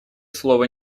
слово